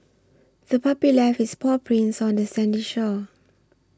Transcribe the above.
the puppy left its paw prints on the sandy shore